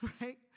right